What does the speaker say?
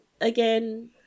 again